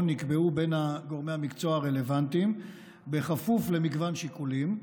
נקבעו בין גורמי המקצוע הרלוונטיים בכפוף למגוון שיקולים,